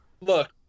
look